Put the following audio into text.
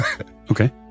Okay